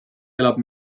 elab